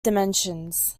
dimensions